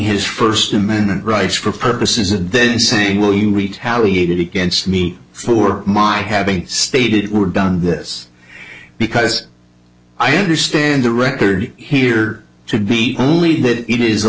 his first amendment rights for purposes and then saying well you retaliated against me for my having stated we're done this because i understand the record here to be only that it is a